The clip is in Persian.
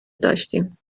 داشتیم